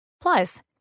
Plus